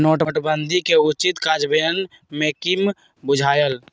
नोटबन्दि के उचित काजन्वयन में कम्मि बुझायल